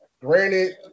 Granted